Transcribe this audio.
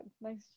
Nice